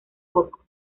poco